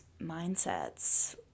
mindsets